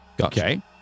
Okay